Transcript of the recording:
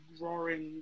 roaring